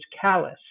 callous